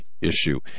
issue